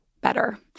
better